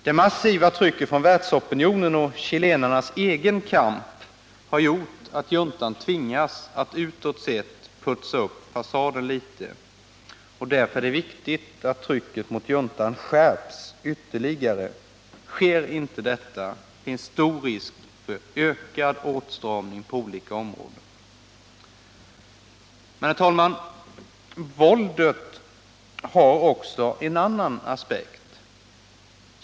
Det massiva trycket från världsopinionen och chilenarnas egen kamp har gjort att juntan tvingats att utåt sett putsa upp fasaden lite. Därför är det viktigt att trycket mot juntan skärps ytterligare. Sker inte detta finns stor risk för ökad åtstramning på olika områden. Men, herr talman, våldet har också en annan aspekt.